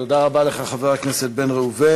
תודה רבה לך, חבר הכנסת בן ראובן.